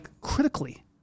critically